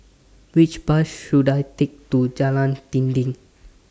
Which Bus should I Take to Jalan Dinding